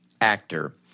actor